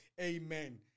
Amen